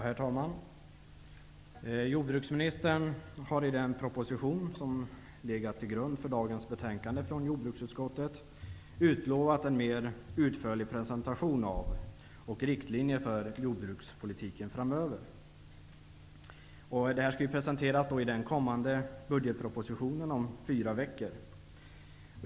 Herr talman! Jordbruksministern utlovar i den proposition som ligger till grund för dagens betänkande från jordbruksutskottet en mer utförlig presentation av och riktlinjer för jordbrukspolitiken framöver. Det här skall presenteras i den kommande budgetpropositionen, dvs. om fyra veckor.